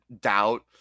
doubt